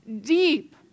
deep